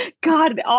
God